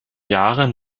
jahre